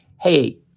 hey